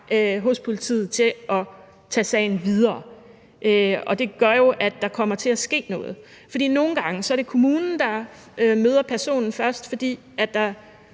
hos politiet til at tage sagen videre. Og det gør jo, at der kommer til at ske noget. For nogle gange er det kommunen, der møder personen først, fordi der